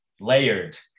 layered